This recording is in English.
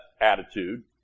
attitude